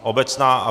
Obecná.